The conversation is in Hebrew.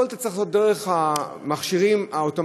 הכול אתה צריך לעשות דרך המכשירים האוטומטיים,